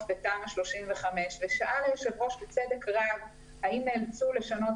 בתמ"א 35. שאל היושב ראש בצדק רב האם נאלצו לשנות